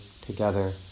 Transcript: together